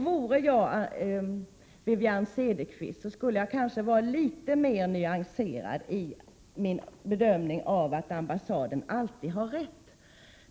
Vore jag Wivi-Anne Cederqvist, skulle jag nog vara litet mer nyanserad i bedömningen av att ambassaden alltid har rätt.